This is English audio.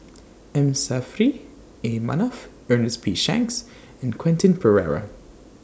M Saffri A Manaf Ernest P Shanks and Quentin Pereira